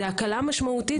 זו הקלה משמעותית.